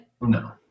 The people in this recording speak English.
No